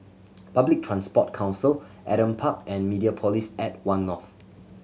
Public Transport Council Adam Park and Mediapolis at One North